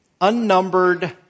Unnumbered